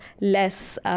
less